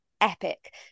epic